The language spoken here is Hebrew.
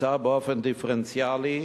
הוקצה באופן דיפרנציאלי,